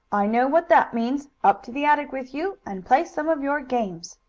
i know what that means. up to the attic with you, and play some of your games!